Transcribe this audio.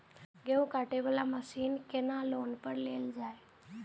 गेहूँ काटे वाला मशीन केना लोन पर लेल जाय?